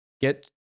get